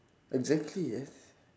exactly yes